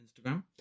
instagram